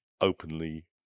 openly